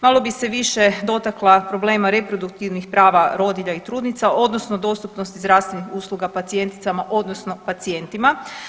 Malo bi se više dotakla problema reproduktivnih prava rodilja i trudnica odnosno dostupnosti zdravstvenih usluga pacijenticama odnosno pacijentima.